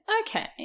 okay